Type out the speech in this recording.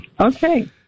Okay